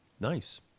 Nice